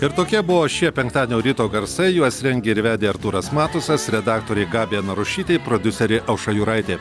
ir tokie buvo šie penktadienio ryto garsai juos rengė ir vedė artūras matusas redaktorė gabija narušytė prodiuserė aušra juraitė